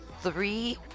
three